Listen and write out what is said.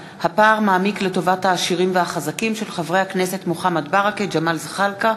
בהצעתם של חברי הכנסת מוחמד ברכה, ג'מאל זחאלקה,